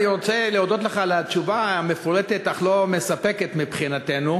אני רוצה להודות לך על התשובה המפורטת אך לא מספקת מבחינתנו.